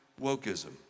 wokeism